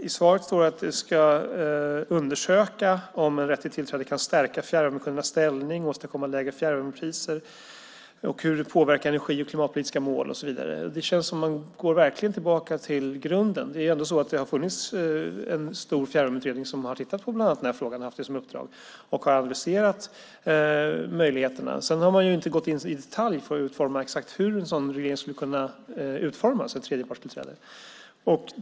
I svaret står det att man ska undersöka om rätt till tillträde kan stärka fjärrvärmekundernas ställning och åstadkomma lägre fjärrvärmepriser, hur det påverkar energi och klimatpolitiska mål och så vidare. Det känns som att man verkligen går tillbaka till grunden. Det har ändå funnits en stor fjärrvärmeutredning som bland annat har haft som uppdrag att titta på den här frågan och har analyserat möjligheterna. Sedan har man inte gått in i detalj för att utforma exakt hur en sådan reglering om tredjepartstillträde skulle kunna utformas.